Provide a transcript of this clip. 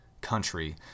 country